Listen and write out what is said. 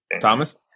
Thomas